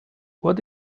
what